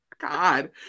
God